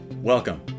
Welcome